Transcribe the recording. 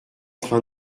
train